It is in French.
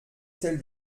celle